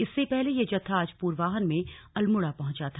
इससे पहले यह जत्था आज पूर्वाहन में अल्मोड़ा पहुंचा था